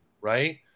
right